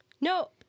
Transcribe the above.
no